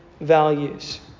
Values